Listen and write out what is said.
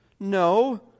No